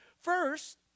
First